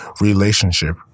Relationship